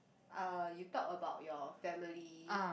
uh you talk about your family